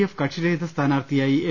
F കക്ഷിരഹിത സ്ഥാനാർത്ഥിയായി M